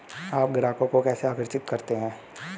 आप ग्राहकों को कैसे आकर्षित करते हैं?